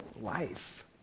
life